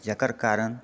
जकर कारण